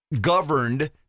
governed